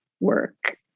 Work